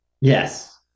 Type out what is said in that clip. Yes